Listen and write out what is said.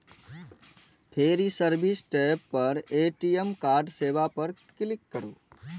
फेर ई service tab पर ए.टी.एम कार्ड सेवा पर क्लिक करू